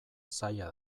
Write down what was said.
zaila